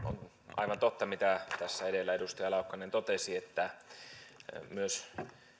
aivan totta mitä tässä edellä edustaja laukkanen totesi ja myös